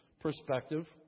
perspective